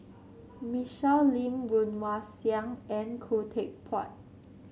Michelle Lim Woon Wah Siang and Khoo Teck Puat